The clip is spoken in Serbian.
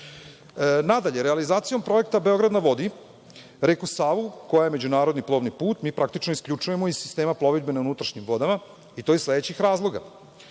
stvari. Nadalje, realizacijom projekta „Beograd na vodi“, reku Savu, koja je međunarodni vodni put, mi praktično isključujemo iz sistema plovidbe na unutrašnjim vodama i to iz sledećih razloga: